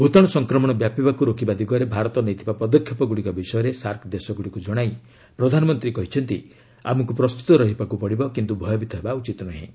ଭୂତାଣୁ ସଂକ୍ରମଣ ବ୍ୟାପିବାକୁ ରୋକିବା ଦିଗରେ ଭାରତ ନେଇଥିବା ପଦକ୍ଷେପ ଗୁଡ଼ିକ ବିଷୟରେ ସାର୍କ ଦେଶଗୁଡ଼ିକୁ ଜଣାଇ ପ୍ରଧାନମନ୍ତ୍ରୀ କହିଛନ୍ତି ଆମକୁ ପ୍ରସ୍ତୁତ ରହିବାକୁ ପଡିବ କିନ୍ତୁ ଭୟଭୀତ ହେବା ଉଚିତ୍ ନୁହେଁ